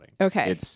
Okay